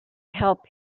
help